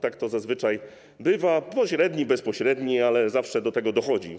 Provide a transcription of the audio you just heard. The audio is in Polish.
Tak to zazwyczaj bywa - związek pośredni, bezpośredni, ale zawsze do tego dochodzi.